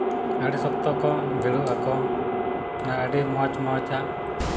ᱟᱹᱰᱤ ᱥᱚᱠᱛᱚ ᱠᱚ ᱵᱷᱤᱲᱚᱜ ᱟᱠᱚ ᱢᱟᱱᱮ ᱟᱹᱰᱤ ᱢᱚᱡᱽ ᱢᱚᱡᱽ ᱟᱜ